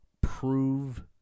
prove